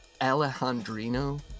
Alejandrino